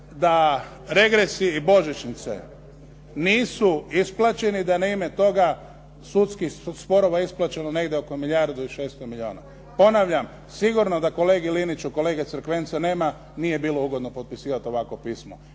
da regresi i božićnice nisu isplaćeni da …/Govornik se ne razumije./… sudskih sporova isplaćeno negdje oko milijardu i 600 milijuna. Ponavljam, sigurno da kolege Liniću kolege Crkvenca nema nije bilo ugodno potpisivati ovakvo pismo.